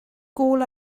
gôl